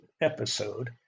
episode